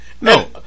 No